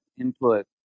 input